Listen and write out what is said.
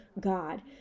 God